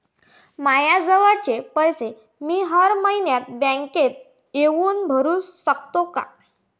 मायाजवळचे पैसे मी हर मइन्यात बँकेत येऊन भरू सकतो का?